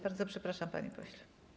Bardzo przepraszam, panie pośle.